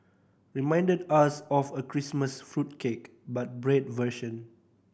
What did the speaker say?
reminded us of a Christmas fruit cake but bread version